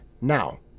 Now